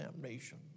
damnation